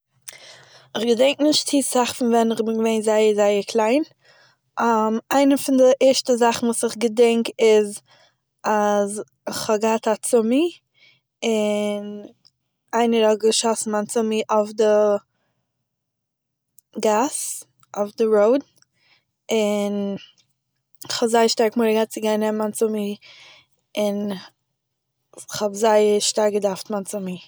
איך געדענק נישט צו אסאך ווען איך בין געווען זייער זייער קליין, איינע פון די ערשטע זאכן וואס איך געדענק איז אז, כ'האב געהאט א צומי, און איינער האט געשאסן מיין צומי אויף די גאס, אויף די ראוד, און כ'האב זייער שטארק מורא געהאט צו גיין נעמען מיין צומי און, כ'האב זייער שטארק געדארפט מיין צומי